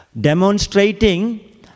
demonstrating